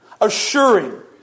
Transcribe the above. assuring